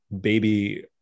baby